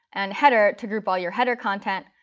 and header to group all your header content.